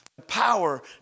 power